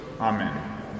Amen